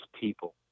people